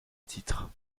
titre